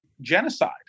Genocide